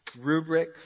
rubric